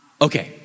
Okay